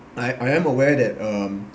I I am aware that um